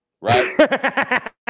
Right